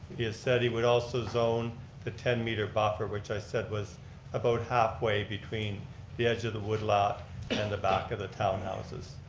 he has said he would also zone the ten meter buffer, which i said was about halfway between the edge of the wood lot and the back of the townhouses.